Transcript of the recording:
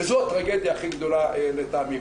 וזו הטרגדיה הכי גדולה לטעמי,